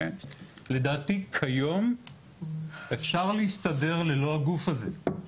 לדעתי כיום אפשר להסתדר ללא הגוף הזה.